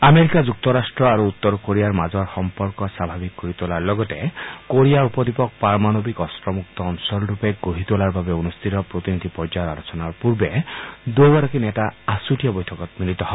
America যুক্তৰাষ্ট্ৰ আৰু উত্তৰ কোৰিয়াৰ মাজৰ সম্পৰ্ক স্বাভাৱিক কৰি তোলাৰ লগতে কোৰিয়া উপ দ্বীপক পাৰৱমণৱিক অস্ত্ৰমুক্ত অঞ্চলৰূপে গঢ়ি তোলাৰ বাবে অনুষ্ঠিত প্ৰতিনিধি পৰ্যায়ৰ আলোচনাৰ পূৰ্বে দুয়োগৰাকী নেতা আছুতীয়া বৈঠকত মিলিত হয়